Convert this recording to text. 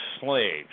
slaves